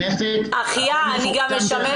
תכניות קיימות לא ממוצות במקסימום שלהן, כי לא